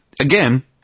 again